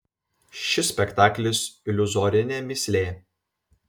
šis spektaklis iliuzorinė mįslė